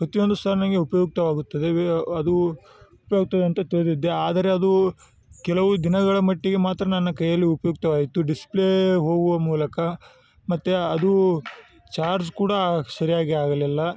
ಪ್ರತಿಯೊಂದು ಸಹ ನಂಗೆ ಉಪಯುಕ್ತವಾಗುತ್ತದೆ ವೆ ಅದು ಉಪಯುಕ್ತದೆ ಅಂತ ತಿಳಿದಿದ್ದೆ ಆದರೆ ಅದು ಕೆಲವು ದಿನಗಳ ಮಟ್ಟಿಗೆ ಮಾತ್ರ ನನ್ನ ಕೈಯಲ್ಲಿ ಉಪಯುಕ್ತವಾಯಿತು ಡಿಸ್ಪ್ಲೇ ಹೋಗುವ ಮೂಲಕ ಮತ್ತು ಅದು ಚಾರ್ಜ್ ಕೂಡ ಸರಿಯಾಗಿ ಆಗಲಿಲ್ಲ